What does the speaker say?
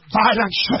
violence